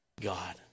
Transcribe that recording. God